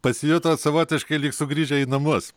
pasijutot savotiškai lyg sugrįžę į namus